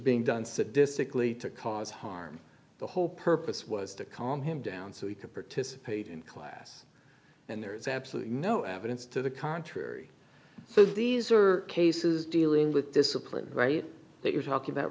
sadistically to cause harm the whole purpose was to calm him down so he could participate in class and there is absolutely no evidence to the contrary so these are cases dealing with discipline right that you're talking about